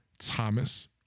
Thomas